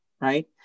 right